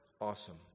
Awesome